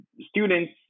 students